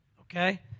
Okay